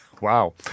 Wow